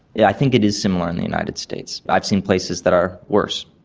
yeah i think it is similar in the united states. i've seen places that are worse.